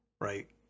Right